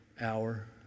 hour